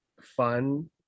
fun